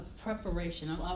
preparation